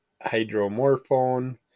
hydromorphone